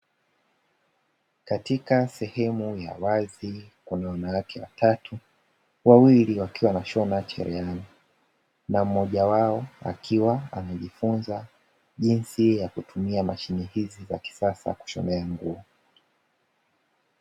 Katika sehemu ya wazi kuna wanawake watatu, wawili wakiwa wanashona cherehani, na mmoja wao akiwa amejifunza jinsi ya kutumia mashine hizi za kisasa kushonea nguo.